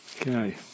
Okay